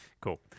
cool